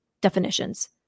definitions